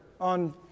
on